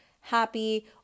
happy